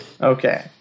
Okay